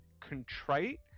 contrite